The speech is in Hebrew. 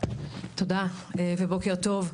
תודה ובוקר טוב.